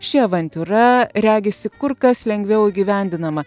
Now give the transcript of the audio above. ši avantiūra regisi kur kas lengviau įgyvendinama